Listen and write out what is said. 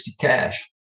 cash